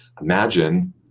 Imagine